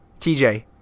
TJ